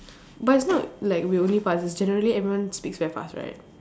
but it's not like we only fast generally everyone speaks very fast right